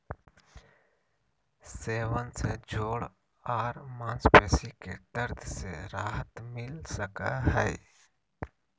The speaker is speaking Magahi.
सेवन से जोड़ आर मांसपेशी के दर्द से राहत मिल सकई हई